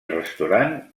restaurant